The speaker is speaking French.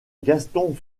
gaston